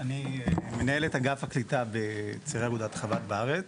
אני מנהל את אגף הקליטה בצעירי אגודת חב"ד בארץ.